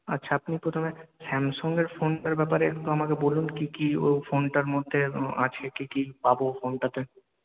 আচ্ছা আপনি প্রথমে স্যামসংয়ের ফোনের ব্যাপারে একটু আমাকে বলুন কি কি ও ফোনটার মধ্যে আছে কি কি পাব ফোনটাতে